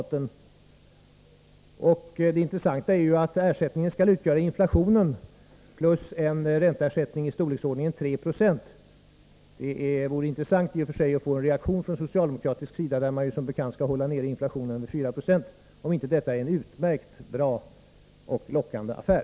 Det intressanta är att ersättningen skall utgöra ersättning för inflationen plus en ränta i storleksordningen3 26. Det vore i och för sig intressant att få en reaktion från socialdemokraterna — de skall ju som bekant hålla tillbaka inflationen så att den blir högst 4 20 — om inte detta är en utomordentligt bra och lockande affär.